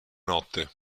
notte